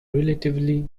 relatively